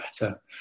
better